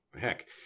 Heck